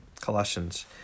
Colossians